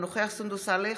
אינו נוכח סונדוס סאלח,